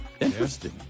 Interesting